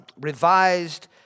revised